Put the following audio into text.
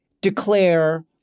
declare